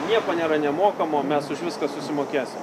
nieko nėra nemokamo mes už viską susimokėsim